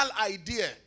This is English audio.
idea